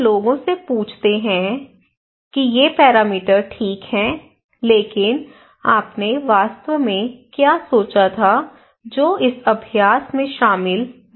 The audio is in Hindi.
हम लोगों से पूछते हैं कि ये पैरामीटर ठीक हैं लेकिन आपने वास्तव में क्या सोचा था जो इस अभ्यास में शामिल नहीं था